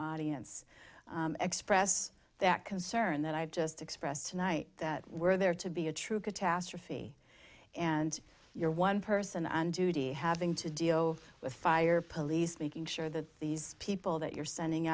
audience express that concern that i've just expressed tonight that were there to be a true catastrophe and you're one person on duty having to deal with fire police making sure that these people that you're sending